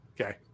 okay